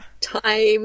time